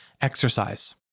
exercise